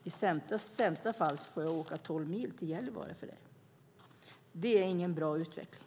I sämsta fall får jag åka tolv mil till Gällivare för besiktning. Det är ingen bra utveckling.